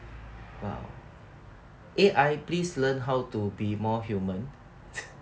!wow! A_I please learn how to be more human